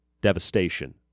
devastation